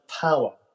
power